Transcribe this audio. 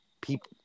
people